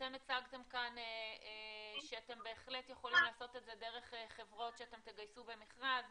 אתם הצגתם כאן שאתם בהחלט יכולים לעשות את זה דרך חברות שתגייסו במכרז.